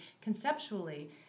conceptually